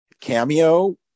cameo